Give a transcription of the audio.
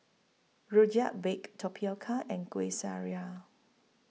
Rojak Baked Tapioca and Kueh Syara